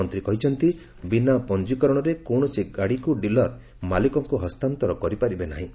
ମନ୍ତୀ କହିଛନ୍ତି ବିନା ପଞିକରଣରେ କୌଶସି ଗାଡିକୁ ଡିଲର ମାଲିକଙ୍କୁ ହସ୍ତାନ୍ତର କରିପାରିବେ ନାହିଁ